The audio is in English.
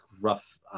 rough